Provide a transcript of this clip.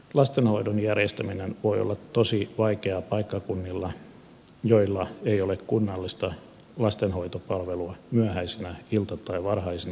lastenhoidon järjestäminen voi olla tosi vaikeaa paikkakunnilla joilla ei ole kunnallista lastenhoitopalvelua myöhäisinä ilta tai varhaisina aamuaikoina